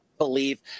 believe